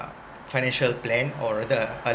financial plan or rather a